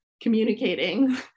communicating